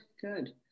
good